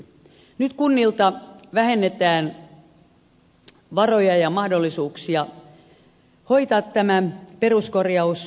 nyt kunnilta vähennetään varoja ja mahdollisuuksia hoitaa tämä peruskorjaus kokonaan